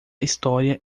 história